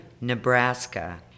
Nebraska